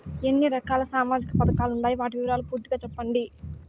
ఎన్ని రకాల సామాజిక పథకాలు ఉండాయి? వాటి వివరాలు పూర్తిగా సెప్పండి?